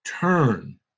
Turn